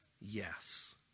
Yes